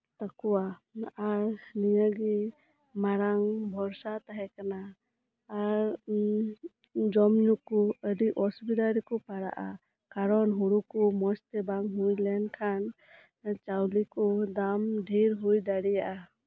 ᱛᱟᱠᱚᱣᱟ ᱟᱨ ᱱᱤᱭᱟᱹᱜᱮ ᱢᱟᱨᱟᱝ ᱵᱷᱚᱨᱥᱟ ᱛᱟᱦᱮᱸ ᱠᱟᱱᱟ ᱟᱨ ᱡᱚᱢ ᱧᱩ ᱠᱚ ᱟᱰᱤ ᱚᱥᱵᱤᱫᱟ ᱨᱮᱠᱚ ᱯᱟᱲᱟᱜᱼᱟ ᱠᱟᱨᱚᱱ ᱦᱩᱲᱩ ᱠᱚ ᱢᱚᱸᱡᱽ ᱛᱮ ᱵᱟᱝ ᱦᱩᱭ ᱞᱮᱱ ᱠᱷᱟᱱ ᱪᱟᱣᱞᱮ ᱠᱚ ᱫᱟᱢ ᱰᱷᱮᱨ ᱦᱩᱭ ᱫᱟᱲᱮᱭᱟᱜᱼᱟ